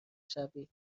شوید